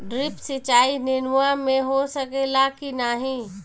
Drip सिंचाई नेनुआ में हो सकेला की नाही?